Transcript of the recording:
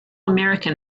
american